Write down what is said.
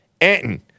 Anton